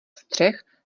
střech